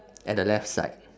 at the left side